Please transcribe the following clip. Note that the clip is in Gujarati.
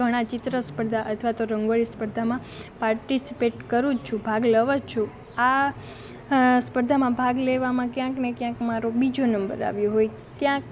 ઘણાં ચિત્ર સ્પર્ધા અથવા તો રંગોળી સ્પર્ધામાં પાર્ટીસિપેટ કરું જ છું ભાગ લઉં જ છું આ સ્પર્ધામાં ભાગ લેવામાં ક્યાંકને ક્યાંક મારો બીજો નંબર આવ્યો હોય ક્યાંક